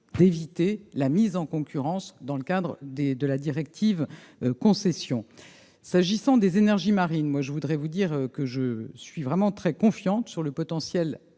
d'éviter la mise en concurrence dans le cadre de la directive Concessions. S'agissant des énergies marines, je suis vraiment très confiante sur le potentiel